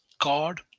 god